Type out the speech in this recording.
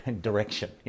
direction